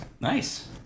Nice